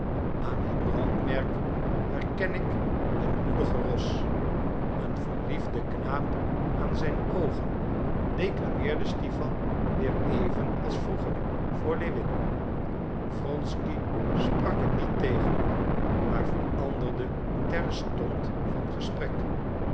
aan het brandmerk herken ik het moedige ros een verliefden knaap aan zijn oogen declameerde stipan weer even als vroeger voor lewin wronsky sprak hem niet tegen maar veranderde terstond van gesprek